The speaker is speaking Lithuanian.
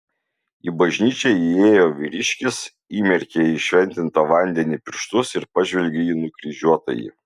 į bažnyčią įėjo vyriškis įmerkė į šventintą vandenį pirštus ir pažvelgė į nukryžiuotąjį